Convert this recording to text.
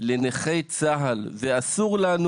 לנכי צה"ל ואסור לנו